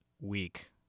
week